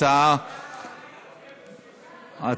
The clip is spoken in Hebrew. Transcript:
התשע"ו 2016,